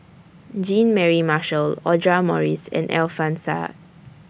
Jean Mary Marshall Audra Morrice and Alfian Sa'at